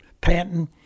panting